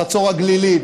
בחצור הגלילית,